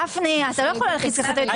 גפני, לא יכול להלחיץ ככה את היועצת המשפטית.